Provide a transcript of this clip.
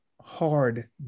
hard